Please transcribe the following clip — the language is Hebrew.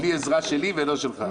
בלי עזרה שלי ולא שלך.